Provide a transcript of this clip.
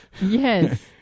Yes